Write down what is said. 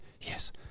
yes